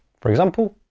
for example,